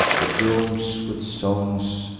the domes with songs,